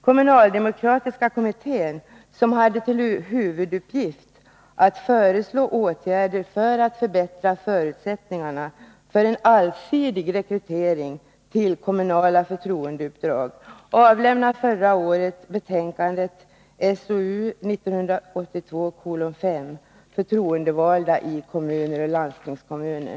Kommunaldemokratiska kommittén, som hade till huvuduppgift att föreslå åtgärder för att förbättra förutsättningarna för en allsidig rekrytering till kommunala förtroendeuppdrag, avlämnade förra året betänkandet Förtroendevalda i kommuner och landstingskommuner.